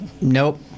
Nope